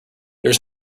there